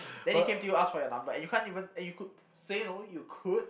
then he came to you ask for your number and you can't even and you could say no you could